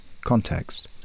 context